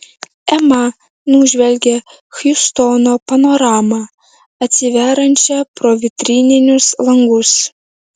ema nužvelgė hjustono panoramą atsiveriančią pro vitrininius langus